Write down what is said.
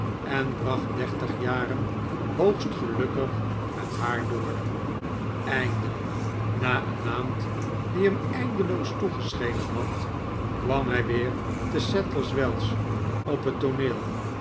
en bracht dertig jaren hoogst gelukkig met haar door eindelijk na eene maand die hem eindeloos toegeschenen had kwam hij weer te sadlers wells op het tooneel